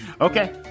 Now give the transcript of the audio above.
Okay